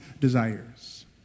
desires